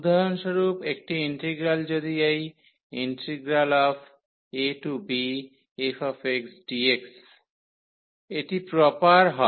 উদাহরণস্বরূপ একটি ইন্টিগ্রাল যদি এই abfxdx টি প্রপার হয়